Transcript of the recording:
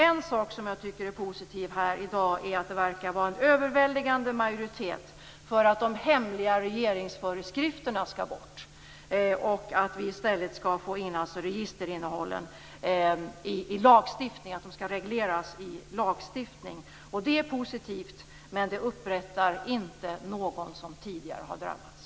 En sak som är positiv här i dag är att det verkar vara en överväldigande majoritet för att de hemliga regeringsföreskrifterna skall bort och att registerinnehållen i stället skall regleras genom lagstiftning. Det är positivt, men det ger inte upprättelse åt någon som tidigare har drabbats.